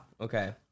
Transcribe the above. Okay